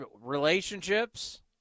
Relationships